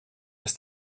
les